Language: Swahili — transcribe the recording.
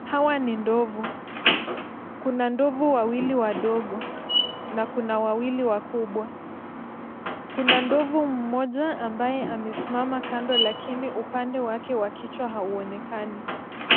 Hawa ni ndovu. Kuna ndovu wawili wadogo na kuna wawili wakubwa. Kuna ndovu mmoja ambaye amesimama kando lakini upande wake wa kichwa hauonekani.